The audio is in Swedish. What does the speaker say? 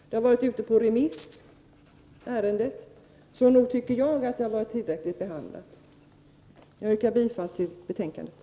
Frågan har varit ute på remiss. Så nog tycker jag att frågan är tillräckligt behandlad. Jag yrkar bifall till utskottets hemställan.